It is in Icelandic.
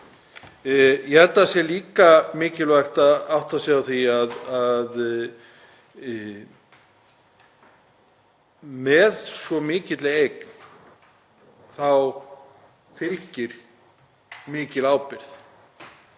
Ég held að það sé líka mikilvægt að átta sig á því að svo mikilli eign fylgir mikil ábyrgð.